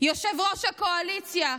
יושב-ראש הקואליציה,